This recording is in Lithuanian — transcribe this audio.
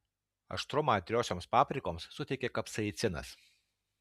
aštrumą aitriosioms paprikoms suteikia kapsaicinas